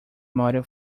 model